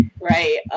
right